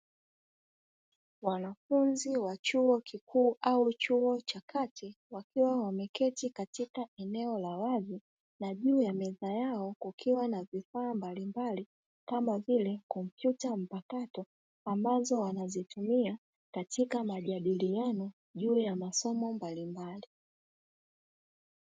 Wanafunzi wa chuo kikuu au chuo cha kati, wakiwa wameketi katika eneo la wazi na juu ya meza yao kukiwa na vifaa mbalimbali kama vile kompyuta mpakato, ambazo wanazitumia katika majadiliano juu ya masomo mbalimbali.